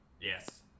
Yes